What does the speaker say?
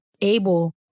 able